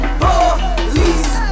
police